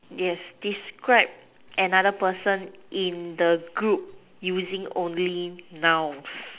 yes describe another person in the group using only nouns